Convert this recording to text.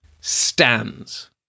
stands